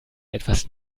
etwas